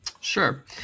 Sure